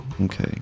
Okay